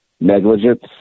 negligence